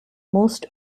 most